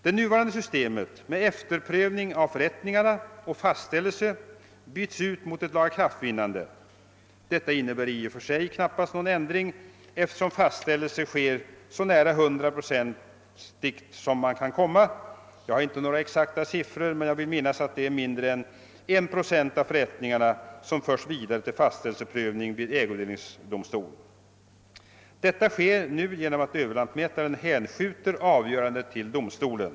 Det nuvarande systemet med efterprövning av förrättningarna och fastställelse byts ut mot ett lagakraftvinnande. Detta innebär knappast någon ändring i och för sig, eftersom fastställelse sker så nära nog hundraprocentigt som man kan tänka sig. Jag har inte några exakta siffror men vill minnas att mindre än 1 procent av för rättningarna förs vidare till fastställelseprövning vid =<:ägodelningsdomstol. Detta sker nu genom att överlantmätaren hänskjuter avgörandet till domstolen.